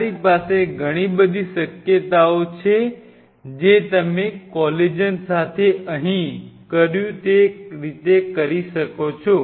તમારી પાસે ઘણી બધી શક્યતાઓ છે જે તમે કોલેજન સાથે અહિં કર્યું તે રીતે કરી શકો છો